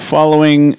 Following